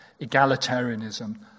egalitarianism